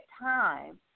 time